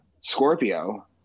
Scorpio